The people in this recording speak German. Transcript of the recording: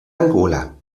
angola